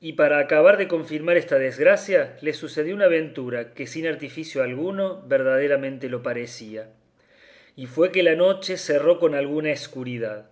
y para acabar de confirmar esta desgracia les sucedió una aventura que sin artificio alguno verdaderamente lo parecía y fue que la noche cerró con alguna escuridad